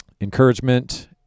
encouragement